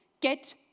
get